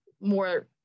more